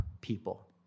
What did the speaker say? people